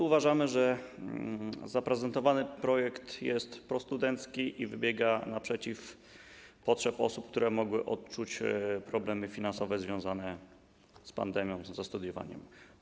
Uważamy, że zaprezentowany projekt jest prostudencki i wychodzi naprzeciw potrzebom osób, które mogły odczuć problemy finansowe związane z pandemią, ze studiowaniem.